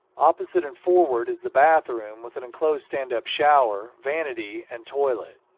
opposite and forward is the bathroom with an enclosed stand-up shower, vanity, and toilet.